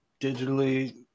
Digitally